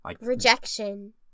rejection